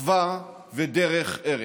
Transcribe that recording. אחווה ודרך ארץ.